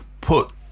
put